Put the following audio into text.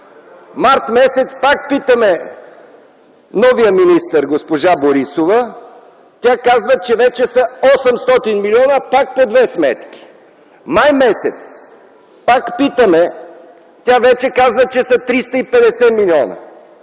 март пак питаме новия министър госпожа Борисова – тя казва, че вече са 800 милиона, пак по две сметки. Месец май пак питаме, тя вече казва, че са 350 милиона.